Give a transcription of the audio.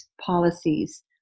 policies